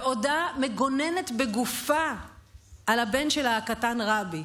בעודה מגוננת בגופה על הבן הקטן שלה ראמי.